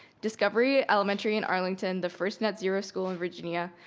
discovery elementary in arlington, the first net zero school in virginia,